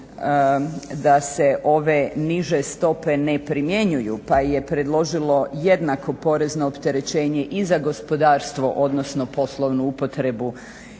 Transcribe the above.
da se ove niže stope ne primjenjuju, pa je predložilo jednako porezno opterećenje i za gospodarstvo, odnosno poslovnu upotrebu